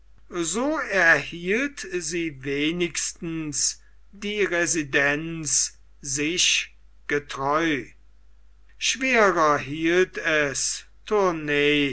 so erhielt sie wenigstens die residenz sich getreu schwerer hielt es tournay